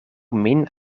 min